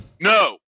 no